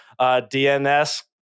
DNS